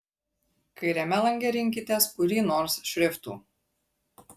kairiame lange rinkitės kurį nors šriftų